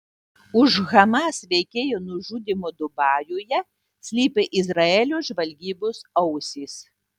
už hamas veikėjo nužudymo dubajuje slypi izraelio žvalgybos ausys